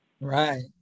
Right